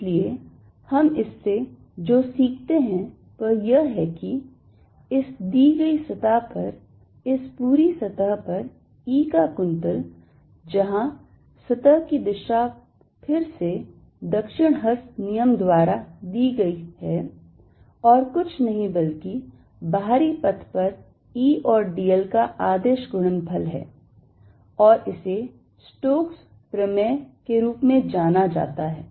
इसलिए हम इससे जो सीखते हैं वह यह है कि इस दी गई सतह पर इस पूरी सतह पर E का कुंतल जहां सतह की दिशा फिर से दक्षिणहस्त नियम द्वारा दी गई है और कुछ नहीं बल्कि बाहरी पथ पर E और dl का अदिश गुणनफल है और इसे स्टोक्स प्रमेय के रूप में जाना जाता है